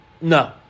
No